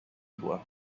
due